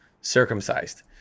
circumcised